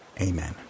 Amen